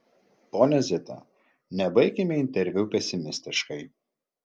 ponia zita nebaikime interviu pesimistiškai